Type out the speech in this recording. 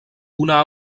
una